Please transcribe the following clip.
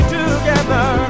together